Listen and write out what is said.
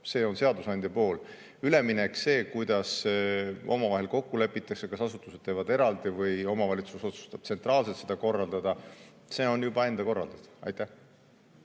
See on seadusandja pool. Üleminek, see, kuidas omavahel kokku lepitakse, kas asutused teevad seda eraldi või omavalitsus otsustab tsentraalselt seda korraldada, on juba enda korraldada. Aitäh!